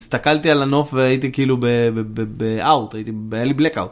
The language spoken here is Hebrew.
הסתכלתי על הנוף והייתי כאילו באאוט, היה לי בלקאוט.